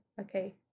Okay